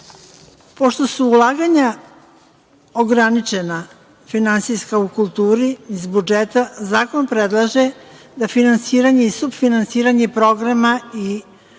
su ulaganja ograničena finansijska u kulturi iz budžeta, zakon predlaže da finansiranje i sufinansiranje programa i